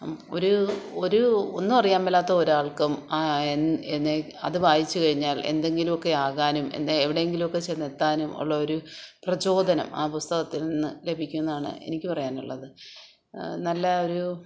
ഒരൂ ഒരു ഒന്നും അറിയാമ്മേലാത്ത ഒരാൾക്കും അത് വായിച്ച് കഴിഞ്ഞാൽ എന്തെങ്കിലുമൊക്കെ ആകാനും എവിടെ എങ്കിലുമൊക്കെ ചെന്നെത്താനും ഉള്ള ഒരു പ്രചോധനം ആ പുസ്തകത്തിൽ നിന്നും ലഭിക്കുന്നു എന്നാണ് എനിക്ക് പറയാനുള്ളത് നല്ല ഒരൂ